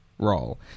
role